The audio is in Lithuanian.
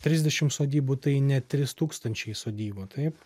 trisdešimt sodybų tai ne trys tūkstančiai sodybų taip